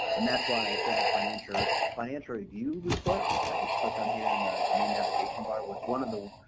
and that's why i said the financial financial review report which i just clicked on here and on the main navigation bar was one of the,